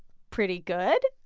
pretty good